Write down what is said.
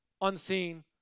unseen